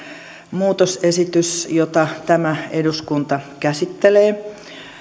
muutosesitys jota tämä eduskunta käsittelee